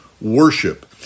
Worship